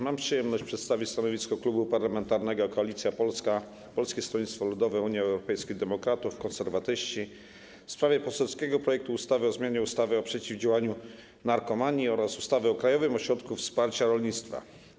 Mam przyjemność przedstawić stanowisko Klubu Parlamentarnego Koalicja Polska - Polskie Stronnictwo Ludowe, Unia Europejskich Demokratów, Konserwatyści w sprawie poselskiego projektu ustawy o zmianie ustawy o przeciwdziałaniu narkomanii oraz ustawy o Krajowym Ośrodku Wsparcia Rolnictwa.